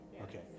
Okay